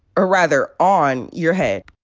or rather on, your head.